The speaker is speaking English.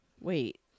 Wait